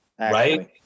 right